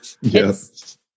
Yes